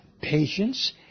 patience